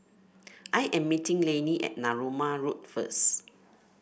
I am meeting Lannie at Narooma Road first